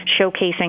showcasing